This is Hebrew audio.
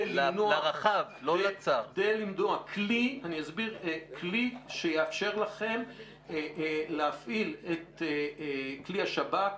בערב, כלי שיאפשר לכם להפעיל את כלי השב"כ